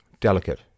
delicate